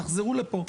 תחזרו לפה.